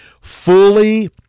fully